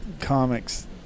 comics